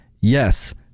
yes